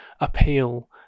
appeal